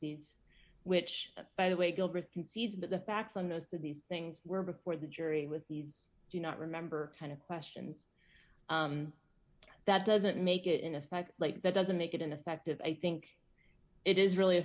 these which by the way gilchrist concede that the facts on those that these things were before the jury with these do not remember kind of questions that doesn't make it in effect like that doesn't make it ineffective i think it is really